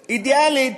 אידיאלית,